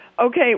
Okay